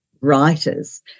writers